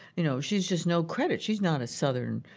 you know, she's just no credit. she's not a southern